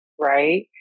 right